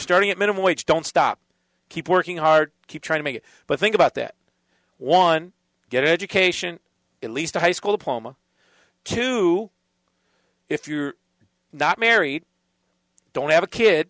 starting at minimum wage don't stop keep working hard keep trying to make it but think about that one get an education at least a high school diploma two if you're not married don't have a kid